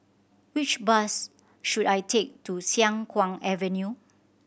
which bus should I take to Siang Kuang Avenue